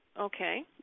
Okay